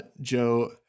Joe